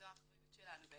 זאת האחריות שלנו,